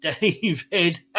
David